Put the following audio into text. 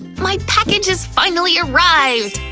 my package has finally arrived!